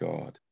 God